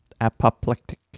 Apoplectic